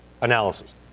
analysis